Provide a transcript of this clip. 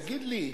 תגיד לי,